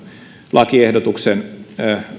lakiehdotukseen